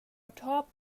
atop